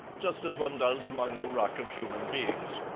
just as one does among the ruck of human beings,